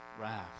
wrath